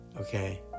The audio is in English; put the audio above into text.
okay